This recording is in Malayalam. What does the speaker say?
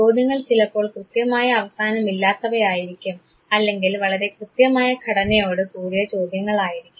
ചോദ്യങ്ങൾ ചിലപ്പോൾ കൃത്യമായ അവസാനം ഇല്ലാത്തവ ആയിരിക്കും അല്ലെങ്കിൽ വളരെ കൃത്യമായ ഘടനയോട് കൂടിയ ചോദ്യങ്ങളായിരിക്കും